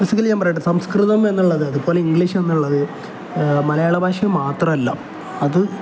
ബിസിക്കല ഞാൻ പറയട്ടെ സംസ്കൃതം എന്നുള്ളത് അതുപോലെ ഇംഗ്ലീഷ് എന്നുള്ളത് മലയാള ഭാഷയെ മാത്രമല്ല അത്